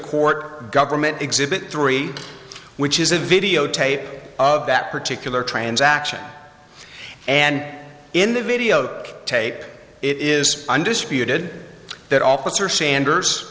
court government exhibit three which is a videotape of that particular transaction and in the video tape it is undisputed that officer sanders